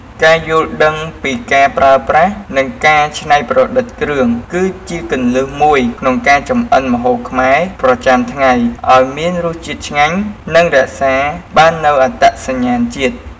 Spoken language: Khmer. ការយល់ដឹងពីការប្រើប្រាស់ និងការច្នៃប្រឌិតគ្រឿង គឺជាគន្លឹះមួយក្នុងការចម្អិនម្ហូបខ្មែរប្រចាំថ្ងៃឱ្យមានរសជាតិឆ្ងាញ់ និងរក្សាបាននូវអត្តសញ្ញាណជាតិ។